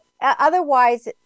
otherwise